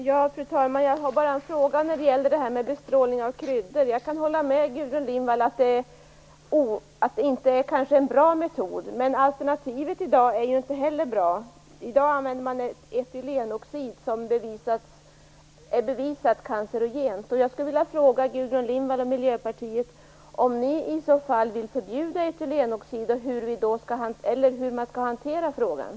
Fru talman! Jag har en fråga när det gäller bestrålning av kryddor. Jag kan hålla med Gudrun Lindvall om att det kanske inte är en bra metod. Men alternativet som finns i dag är inte heller bra. I dag använder man etylenoxid som bevisligen är cancerogent.